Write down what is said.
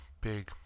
big